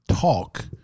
talk